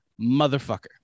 motherfucker